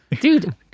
Dude